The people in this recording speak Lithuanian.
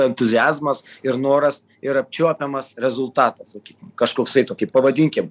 entuziazmas ir noras ir apčiuopiamas rezultatas sakykim kažkoksai tokį pavadinkim